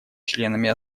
членами